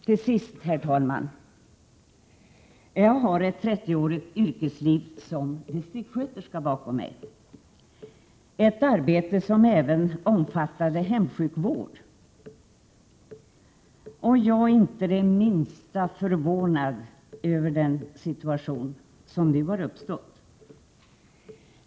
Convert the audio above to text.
Till sist, herr talman: Jag har ett 30-årigt yrkesliv som distriktssköterska bakom mig. Detta arbete omfattade även hemsjukvård. Jag är inte det minsta förvånad över den situtation som nu har uppstått.